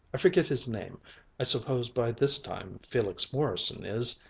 i forget his name i suppose by this time felix morrison is.